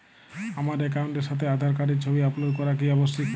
আমার অ্যাকাউন্টের সাথে আধার কার্ডের ছবি আপলোড করা কি আবশ্যিক?